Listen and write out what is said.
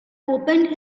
opened